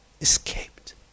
escaped